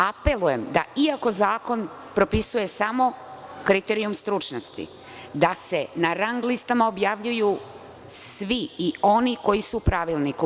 Apelujem da, iako zakon propisuje samo kriterijum stručnosti, da se na rang listama objavljuju svi, i oni koji su u pravilniku.